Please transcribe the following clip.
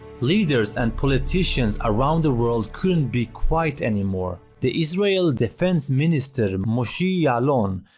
leaders and politicans around the world, couldn't be quite anymore. the israel defense minister moshe yaalon,